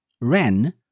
Ren